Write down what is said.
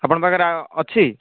ଆପଣଙ୍କ ପାଖରେ ଅଛି